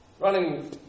running